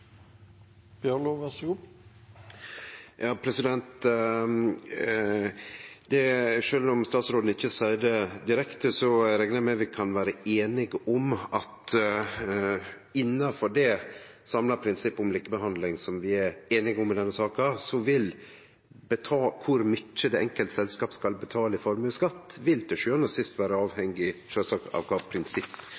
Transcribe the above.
Sjølv om statsråden ikkje seier det direkte, reknar eg med at vi kan vere einige om at innanfor det samla prinsippet om likebehandling som vi er einige om i denne saka, vil kor mykje det enkelte selskapet skal betale i formuesskatt, til sjuande og sist